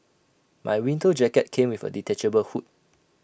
my winter jacket came with A detachable hood